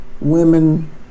women